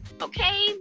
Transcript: okay